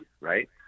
right